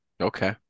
Okay